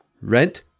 rent